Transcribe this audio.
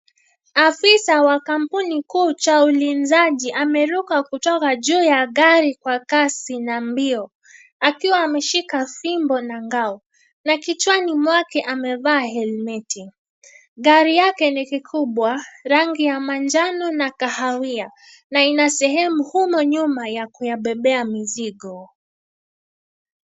Afisa wa kampuni kuu cha ulinzaji ameruka kutoka juu ya gari kwa kasi na mbio akiwa ameshika fimbo na ngao. Kichwani mwake amevaa helmeti. Gari yake ni kikubwa rangi ya manjano na kahawia na ina sehemu kubwa ya kuyabebea mizigo.